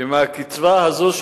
שמהקצבה הזאת,